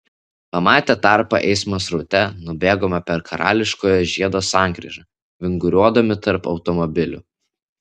pamatę tarpą eismo sraute nubėgome per karališkojo žiedo sankryžą vinguriuodami tarp automobilių